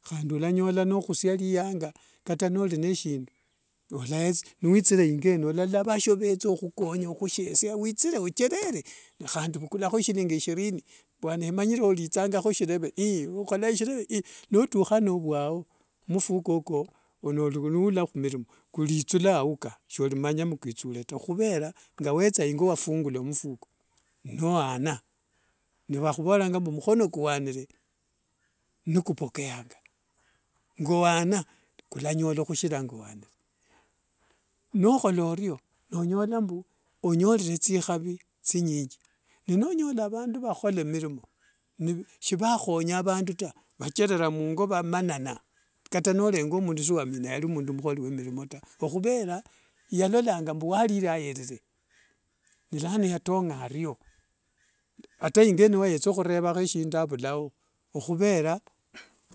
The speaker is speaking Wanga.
Handi walanyola nokusia liyanga kata nolineshindu oyasiesa niwithire ingo eno olalola vhasio wetha ukhukonya ukhushieshia withire ocherere, nihandi ovukulakho ishillingi ishirino bwana emanyirekho olithangakho eshirevhe we khola eshirevhe ee. Notukha novwao mufuko ko nuwula khumirimo kulithula wauka sonimanya mbu kwithule taa. Okhumera ngawetha ingo wafungula mfuko nowana navakhumoreranga mbu omukhono kwanire nikupokeanga. Ngawana kwalanyola khushira ngawanire. Nokholorio nonyola mbu onyore thikhavi thinyingi. Nenyola vandu vakhola milimo shivahonya vandu ta vachere mungo vamanana. Kata nolenga mundu shuamina yalimuholi wemirimo ta okhuvera yalolanga walilire ayerere, nilano yatonga ario. Ataingo eno wiyetha khurera shindu aumao okhuvera